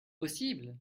possible